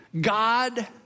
God